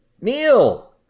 Neil